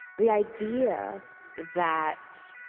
the idea that